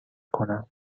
کنم